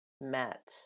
met